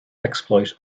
exploit